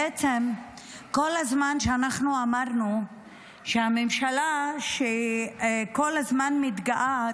בעצם כל הזמן שאנחנו אמרנו שהממשלה כל הזמן מתגאה,